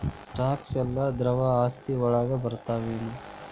Stocks ಯೆಲ್ಲಾ ದ್ರವ ಆಸ್ತಿ ವಳಗ್ ಬರ್ತಾವೆನ?